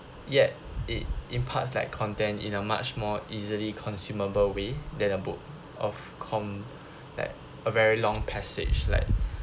yet it imparts that content in a much more easily consumable way than a book of com~ that a very long passage like